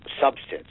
substance